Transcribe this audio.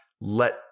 Let